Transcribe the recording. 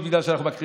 שתוכל להקריא